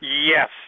yes